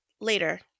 later